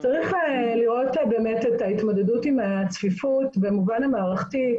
צריך לראות את ההתמודדות עם הצפיפות במובן המערכתי.